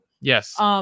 Yes